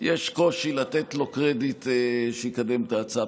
יש קושי לתת לו קרדיט שיקדם את ההצעה.